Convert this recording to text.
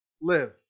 live